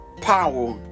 power